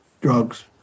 drugs